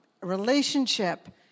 relationship